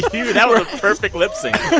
yeah that was perfect lip-syncing